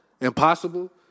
Impossible